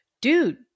dude